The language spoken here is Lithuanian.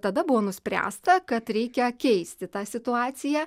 tada buvo nuspręsta kad reikia keisti tą situaciją